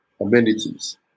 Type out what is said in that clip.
amenities